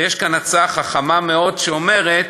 ויש כאן הצעה חכמה מאוד, שאומרת